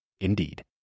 Indeed